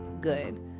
good